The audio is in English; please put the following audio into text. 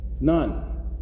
None